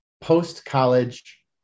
post-college